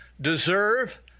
deserve